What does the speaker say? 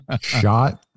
Shot